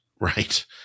right